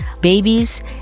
babies